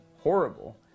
horrible